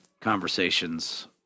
conversations